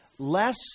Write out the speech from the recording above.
Less